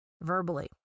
verbally